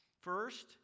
First